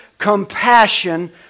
compassion